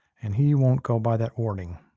and he won't go by that warning.